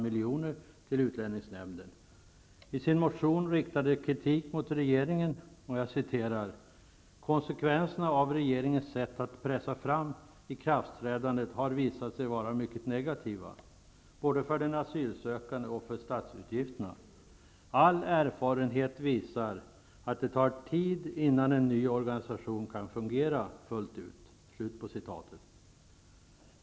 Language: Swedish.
miljoner till utlänningsnämnden. I sin motion riktar de kritik mot regeringen: ''Konsekvenserna av regeringens sätt att pressa fram ikraftträdandet har visat sig vara mycket negativa, både för den asylsökande och för statsutgifterna. All erfarenhet visar att det tar tid innan en ny organisation kan fungera fullt ut.''